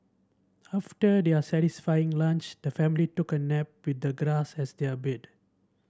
after their satisfying lunch the family took a nap with the grass as their bed